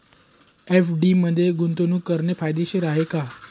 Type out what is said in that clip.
FD मध्ये गुंतवणूक करणे फायदेशीर आहे का?